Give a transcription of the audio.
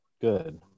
Good